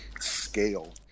scale